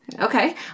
okay